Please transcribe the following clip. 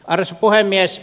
arvoisa puhemies